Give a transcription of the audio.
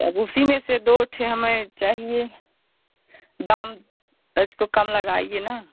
उसी में से दो छः हमें चाहिए दाम तो इस को कम लगाइए ना